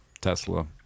tesla